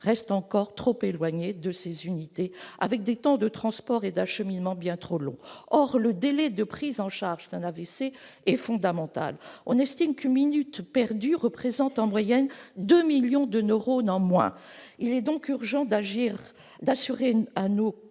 restent encore trop éloignées de ces structures, avec des temps de transport et d'acheminement bien trop longs. Or le délai de prise en charge d'un AVC est fondamental. On estime qu'une minute perdue représente en moyenne deux millions de neurones en moins ! Il est donc urgent d'assurer à nos